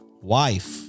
wife